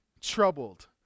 troubled